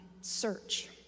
search